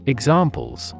Examples